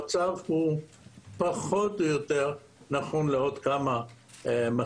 המצב הוא פחות או יותר נכון לעוד כמה מצבים,